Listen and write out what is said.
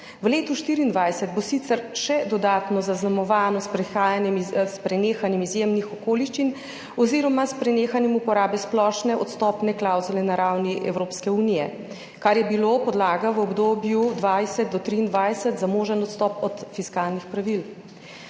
V letu 2024 bo sicer še dodatno zaznamovano s prenehanjem izjemnih okoliščin oziroma s prenehanjem uporabe splošne odstopne klavzule na ravni Evropske unije, kar je bilo podlaga v obdobju 2020 do 2023 za možen odstop od fiskalnih pravil.